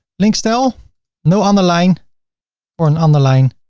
links style no underline or underline.